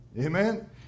Amen